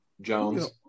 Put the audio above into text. Jones